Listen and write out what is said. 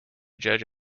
judge